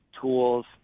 tools